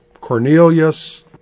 Cornelius